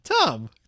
Tom